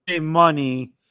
money